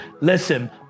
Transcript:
listen